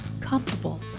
comfortable